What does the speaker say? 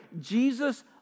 Jesus